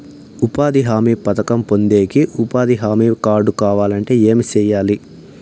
ఉపాధి హామీ పథకం పొందేకి ఉపాధి హామీ కార్డు కావాలంటే ఏమి సెయ్యాలి?